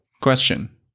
Question